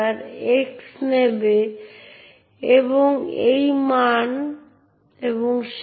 সুতরাং উদাহরণস্বরূপ এখানে আইডি বলে যে ইউআইডি 1000 আমার জিআইডি 1000 এবং আরও অনেক কিছু